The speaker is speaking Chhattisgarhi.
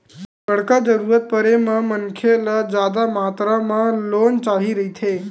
बड़का जरूरत परे म मनखे ल जादा मातरा म लोन चाही रहिथे